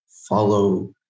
Follow